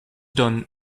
done